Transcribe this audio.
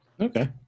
Okay